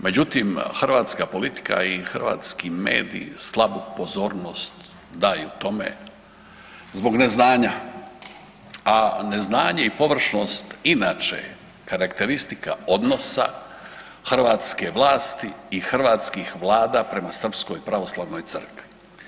Međutim, hrvatska politika i hrvatski mediji slabu pozornost daju tome zbog neznanja, a neznanje i površnost je inače karakteristika odnosa hrvatske vlasti i hrvatskih vlada prema Srpskoj pravoslavnoj crkvi.